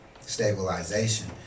stabilization